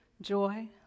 joy